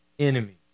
enemy